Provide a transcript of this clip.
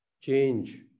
change